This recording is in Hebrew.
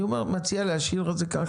אני מציע להשאיר את זה ככה.